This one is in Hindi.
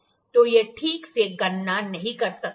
तो यह ठीक से गणना नहीं कर सकता है